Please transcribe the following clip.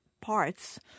parts